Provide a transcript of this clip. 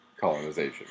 colonization